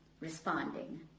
responding